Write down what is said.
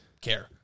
care